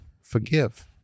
forgive